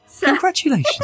Congratulations